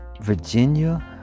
Virginia